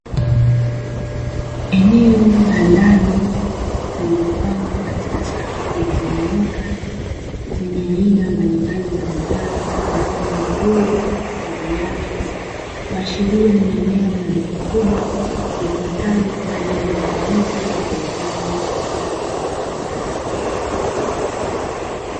Eneo la ndani lililopangwa katika safu zilizonyooka, zenye aina mbalimbali za bidhaa kama vile; nguo na viatu. Kuashiria ni eneo la duka kubwa litumikalo kwa ajili ya ununuzi na uuzaji wa bidhaa mbalimbali.